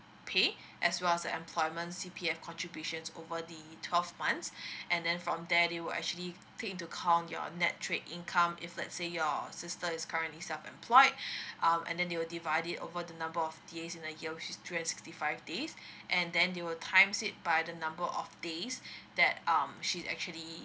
pay as well as the employment C_P_F contributions over the twelve months and then from there they will actually take in to count your net trade income if let say your sister is currently self employed um and then they will divide it over the number of days in a year of sixty five days and then they will times it by the number of days that um she actually